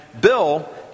Bill